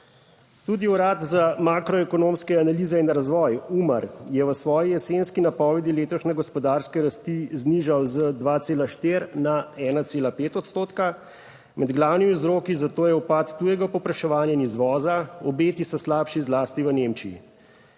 Tudi Urad za makroekonomske analize in razvoj Umar je v svoji jesenski napovedi letošnje gospodarske rasti znižal z 2,4 na 1,5 odstotka. Med glavnimi vzroki za to je upad tujega povpraševanja in izvoza, obeti so slabši zlasti v Nemčiji.